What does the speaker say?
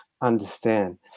understand